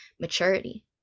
maturity